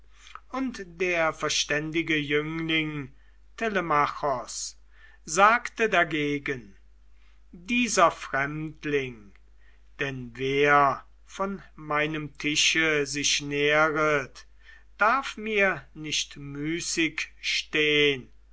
und der verständige jüngling telemachos sagte da gegen dieser fremdling denn wer von meinem tische sich nähret darf mir nicht müßig stehn